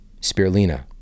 spirulina